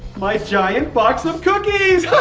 my giant box of cookies!